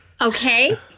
Okay